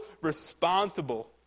responsible